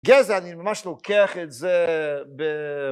גזע, אני ממש לוקח את זה ב-.